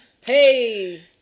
hey